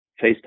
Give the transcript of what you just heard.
FaceTime